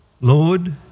Lord